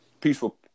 peaceful